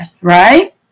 right